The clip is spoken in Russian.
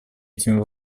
этими